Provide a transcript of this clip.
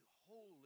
holy